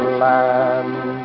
land